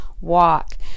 walk